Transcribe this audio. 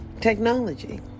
technology